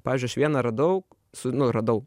pavyzdžiui aš vieną radau su nu radau